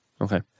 Okay